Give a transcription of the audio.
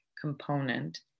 component